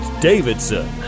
Davidson